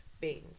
beans